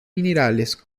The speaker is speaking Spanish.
minerales